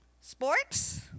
Sports